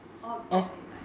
orh top twenty five ah